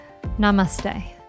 Namaste